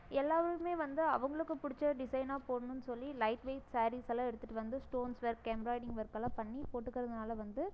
எல்லாருமே வந்து அவங்களுக்கு பிடிச்ச டிசைனாக போடணுன்னு சொல்லி லையிட் வெயிட் சாரீஸ்யெல்லாம் எடுத்துட்டு வந்து ஸ்டோன்ஸ் ஒர்க் எம்ப்ராய்டிங் ஓர்க்கெல்லாம் பண்ணி போட்டுக்கிறதுனால் வந்து